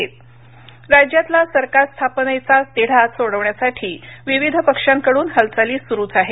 सरकार स्थापना राज्यातला सरकार स्थापनेचा तिढा सोडविण्यासाठी विविध पक्षांकडून हालचाली सुरुच आहेत